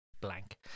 blank